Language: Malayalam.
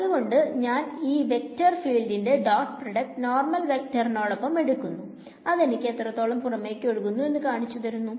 അതുകൊണ്ട് ഞാൻ ഈ വെക്ടർ ഫീൽഡിന്റെ ഡോട്ട് പ്രോഡക്റ്റ് നോർമൽ വെക്ടോറിനോടൊപ്പം എടുക്കുന്നു അതെനിക്ക് എത്രത്തോളം പുറമേക്ക് ഒഴുകുന്നു എന്നു കാണിച്ചു തരുന്നു